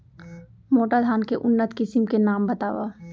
मोटा धान के उन्नत किसिम के नाम बतावव?